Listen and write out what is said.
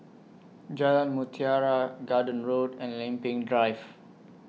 Jalan Mutiara Garden Road and Lempeng Drive